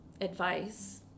advice